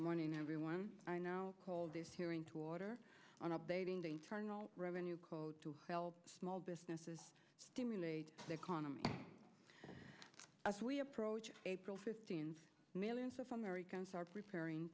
morning everyone i know called this hearing to order on updating the internal revenue code to help small businesses stimulate the economy as we approach april fifteenth millions of americans are preparing